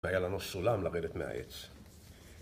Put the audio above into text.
היה לנו סולם לרדת מהעץ